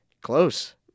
Close